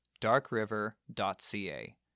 darkriver.ca